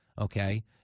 okay